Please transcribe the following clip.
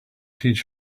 teach